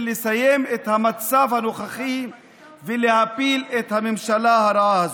לסיים את המצב הנוכחי ולהפיל את הממשלה הרעה הזאת.